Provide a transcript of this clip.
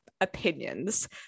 opinions